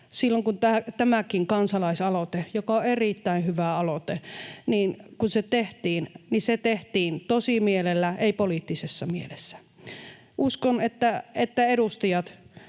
silloin, kun tämäkin kansalaisaloite, joka on erittäin hyvä aloite, tehtiin, se tehtiin tosimielellä, ei poliittisessa mielessä. Uskon, että edustajat